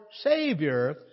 Savior